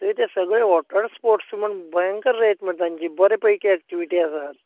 थंय ते सगळें वॉटर स्पोर्टस म्हण भंयंकर रेट मरे तांची बऱ्या पैकी एक्टीविटी आसा